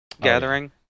gathering